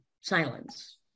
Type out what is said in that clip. silence